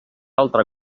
altre